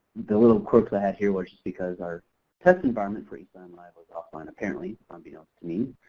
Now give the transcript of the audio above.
the little quirks i had here was just because our test environment for e-signlive was offline, apparently unbeknownst to me.